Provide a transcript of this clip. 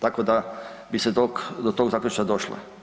Tako da bi se do tog zaključka došlo.